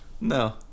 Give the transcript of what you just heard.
No